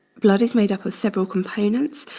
blood is made up of several components.